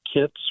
kits